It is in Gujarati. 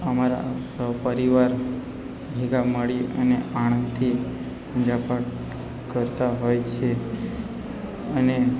અમારા આ સૌ પરિવાર ભેગા મળી અને આણંદથી પૂજા પાઠ કરતાં હોઇએ છીએ અને